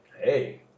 Hey